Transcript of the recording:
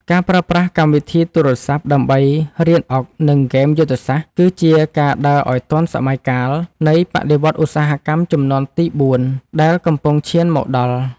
ការប្រើប្រាស់កម្មវិធីទូរស័ព្ទដើម្បីរៀនអុកនិងហ្គេមយុទ្ធសាស្ត្រគឺជាការដើរឱ្យទាន់សម័យកាលនៃបដិវត្តន៍ឧស្សាហកម្មជំនាន់ទីបួនដែលកំពុងឈានមកដល់។